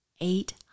eight